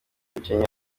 ukennye